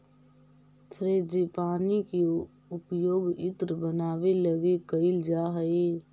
frangipani के उपयोग इत्र बनावे लगी कैइल जा हई